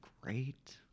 great